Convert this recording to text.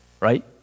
right